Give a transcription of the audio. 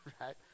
right